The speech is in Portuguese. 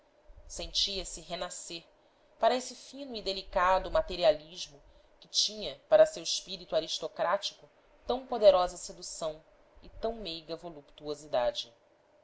sentia-se renascer para esse fino e delicado materialismo que tinha para seu espírito aristocrático tão poderosa sedução e tão meiga voluptuosidade